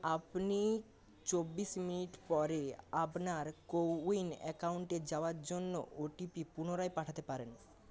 আপনি চব্বিশ মিনিট পরে আপনার কোউইন অ্যাকাউন্টে যাওয়ার জন্য ওটিপি পুনরায় পাঠাতে পারেন